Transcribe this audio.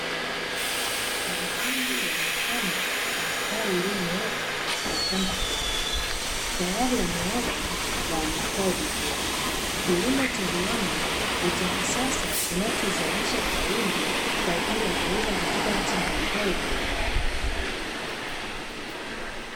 Mahindi yamepandwa kwa mstari ulionyooka katika shamba kubwa, tayari yameota na yamestawi vizuri. Kilimo cha viwanda ni cha kisasa kinachozalisha kwa wingi, kwaajili ya kuuza katika nchi mbalimbali duniani.